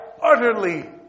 utterly